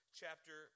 chapter